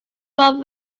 font